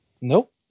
Nope